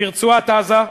ברצועת-עזה,